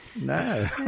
No